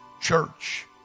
church